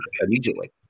immediately